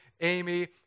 Amy